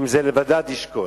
אם זה "לבדד ישכון".